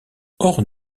hors